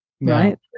right